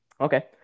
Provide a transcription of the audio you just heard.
Okay